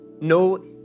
No